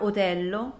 Otello